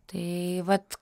tai vat